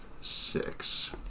six